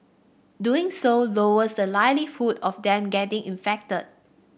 doing so lowers the likelihood of them getting infected